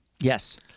Yes